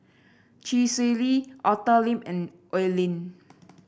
Chee Swee Lee Arthur Lim and Oi Lin